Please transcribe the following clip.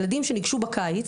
ילדים שניגשו בקיץ,